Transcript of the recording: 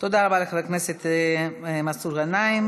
תודה רבה לחבר הכנסת מסעוד גנאים.